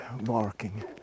barking